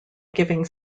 giving